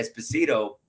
Esposito